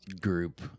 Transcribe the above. group